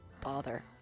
bother